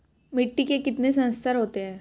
मिट्टी के कितने संस्तर होते हैं?